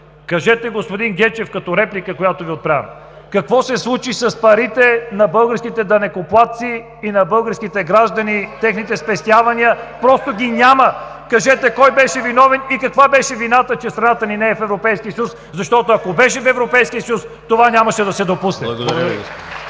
Кажете, господин Гечев, като реплика, която Ви отправям: какво се случи с парите на българските данъкоплатци и на българските граждани? Техните спестявания просто ги няма. (Шум и реплики в „БСП за България“.) Кажете кой беше виновен и каква беше вината, че страната ни не е в Европейския съюз? Защото, ако беше в Европейския съюз, това нямаше да се допусне.